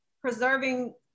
preserving